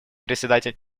председатель